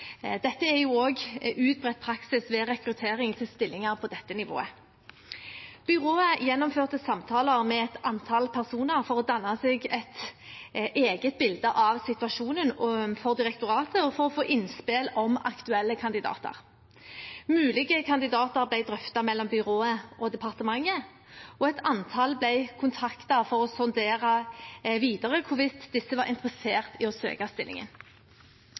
Dette er også utbredt praksis ved rekruttering til stillinger på dette nivået. Byrået gjennomførte samtaler med et antall personer for å danne seg et eget bilde av situasjonen for direktoratet, og for å få innspill om aktuelle kandidater. Mulige kandidater ble drøftet mellom byrået og departementet, og et antall ble kontaktet for å sondere videre hvorvidt disse var interessert i å søke stillingen.